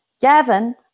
Gavin